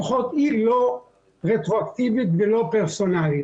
לפחות היא לא רטרואקטיבית ולא פרסונלית.